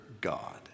God